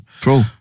Pro